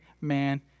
man